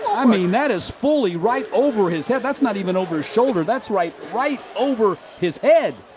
i mean, that is fully right over his head. that's not even over his shoulder. that's right right over his head.